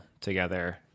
together